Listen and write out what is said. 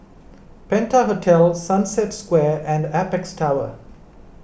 Penta Hotel Sunset Square and Apex Tower